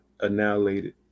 annihilated